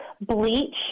bleach